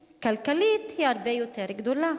חברתית-כלכלית נמוכה הוא הרבה יותר גדול.